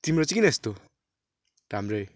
तिम्रो चाहिँ किन यस्तो राम्रै